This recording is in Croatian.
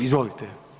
Izvolite.